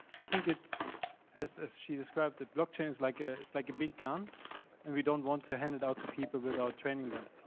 i think it's as as she described that blockchain is like ah like a big gun and we don't want to hand it out to people without training them.